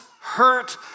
hurt